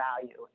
value